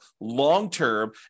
long-term